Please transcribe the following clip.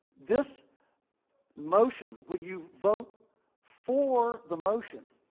this motion, when you vote for the motion,